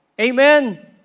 Amen